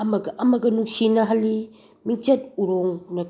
ꯑꯃꯒ ꯑꯃꯒ ꯅꯨꯡꯁꯤꯅꯍꯜꯂꯤ ꯃꯤꯡꯆꯠ ꯎꯔꯣꯡ